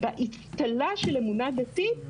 באצטלה של אמונה דתית,